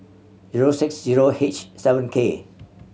zero six zero H seven K